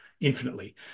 infinitely